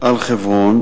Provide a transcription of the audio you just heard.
על חברון,